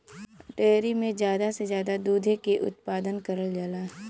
dairy में जादा से जादा दुधे के उत्पादन करल जाला